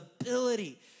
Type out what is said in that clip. ability